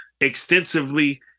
extensively